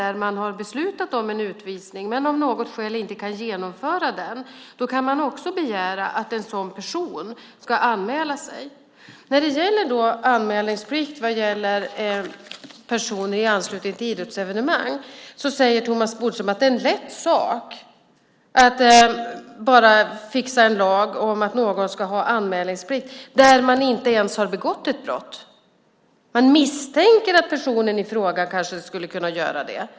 När man har beslutat om en utvisning men av något skäl inte kan genomföra den kan man begära att en sådan person ska anmäla sig. När det gäller anmälningsplikt för personer i anslutning till idrottsevenemang säger Thomas Bodström att det är en lätt sak att fixa en lag om att någon som inte ens har begått ett brott ska ha anmälningsplikt - man misstänker att personen i fråga kanske skulle kunna göra det.